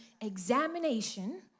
examination